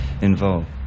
involved